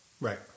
right